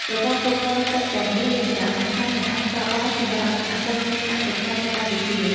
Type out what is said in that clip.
ប្រព័ន្ធគ្រប់គ្រងទឹកទាំងនេះមានសារៈសំខាន់មិនអាចខ្វះបានសម្រាប់សហគមន៍កសិកម្មនៅកម្ពុជា។